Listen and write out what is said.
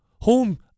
home